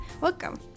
Welcome